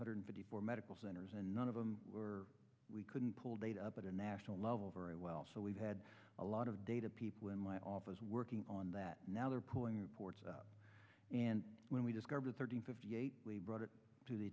hundred fifty four medical centers and none of them were we couldn't pull data up at a national level very well so we had a lot of data people in my office working on that now they're pulling the ports and when we discovered thirty fifty eight brought it to the